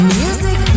music